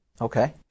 Okay